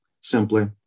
simply